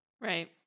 Right